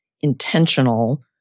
intentional